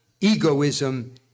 egoism